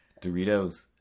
Doritos